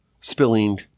spilling